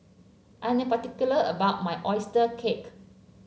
I am particular about my oyster cake